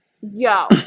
Yo